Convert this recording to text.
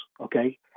okay